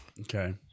Okay